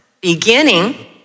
beginning